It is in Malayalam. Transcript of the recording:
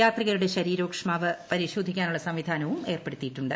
യാത്രികരുടെ ശരീരോക്ഷ്മാവ് പരിശോധിക്കാനുള്ള സംവിധാനവും ഏർപ്പെടുത്തിയിട്ടുണ്ട്